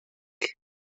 pink